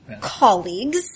colleagues